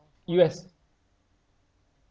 U_S